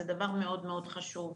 זה דבר מאוד מאוד חשוב,